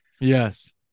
Yes